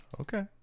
Okay